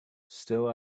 still